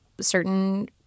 certain